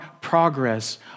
progress